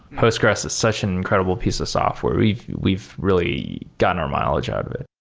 postgres is such an incredible piece of software. we've we've really gotten our mileage out of it.